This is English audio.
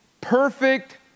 perfect